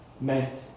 meant